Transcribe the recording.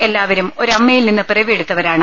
എല്ലാ വരും ഒരമ്മയിൽ നിന്ന് പിറവിയെടുത്തവരാണ്